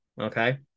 okay